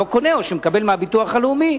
קונה או שמקבל מהביטוח הלאומי,